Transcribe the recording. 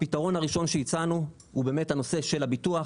הפתרון הראשון שהצענו הוא באמת הנושא של הביטוח,